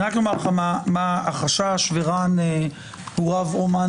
אני רק אגיד לך מה החשש ורן הוא רב אומן